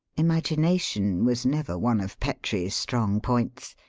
imagination was never one of petrie's strong points.